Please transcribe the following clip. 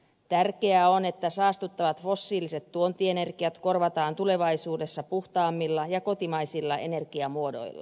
tärkeää on että saastuttavat fossiiliset tuontienergiat korvataan tulevaisuudessa puhtaammilla ja kotimaisilla energiamuodoilla